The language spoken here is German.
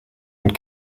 und